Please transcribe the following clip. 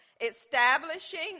establishing